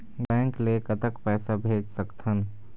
Bank ले कतक पैसा भेज सकथन?